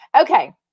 okay